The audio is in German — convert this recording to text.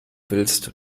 willst